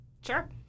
sure